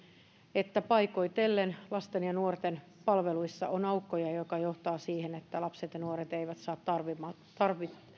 että paikoitellen lasten ja nuorten palveluissa on aukkoja mikä johtaa siihen että lapset ja nuoret eivät saa